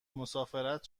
مسافرت